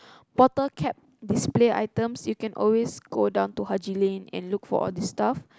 bottle cap display items you can always go down to Haji-Lane and look for these stuff